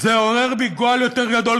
זה עורר בי גועל יותר גדול,